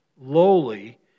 lowly